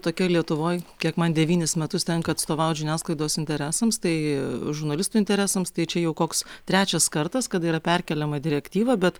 tokioj lietuvoj kiek man devynis metus tenka atstovaut žiniasklaidos interesams tai žurnalistų interesams tai čia jau koks trečias kartas kada yra perkeliama direktyva bet